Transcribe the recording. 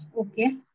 Okay